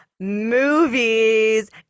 movies